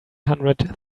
hundred